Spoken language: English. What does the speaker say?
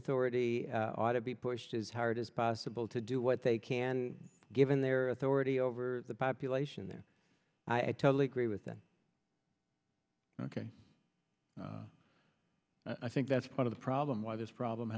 authority ought to be pushed as hard as possible to do what they can given their authority over the population there i totally agree with that ok i think that's part of the problem why this problem